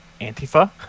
Antifa